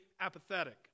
apathetic